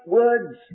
words